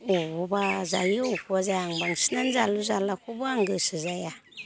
अबेखौबा जायो अबेखौबा जाया आं बांसिनानो जालु जालाखौबो आं गोसो जाया